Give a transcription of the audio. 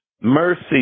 Mercy